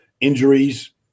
injuries